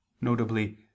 notably